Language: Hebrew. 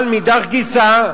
אבל מאידך גיסא,